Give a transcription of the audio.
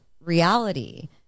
reality